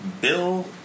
Bill